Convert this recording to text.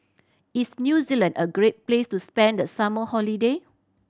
is New Zealand a great place to spend the summer holiday